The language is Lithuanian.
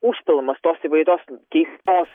užpilamas tos įvairios keistos